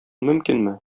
мөмкинме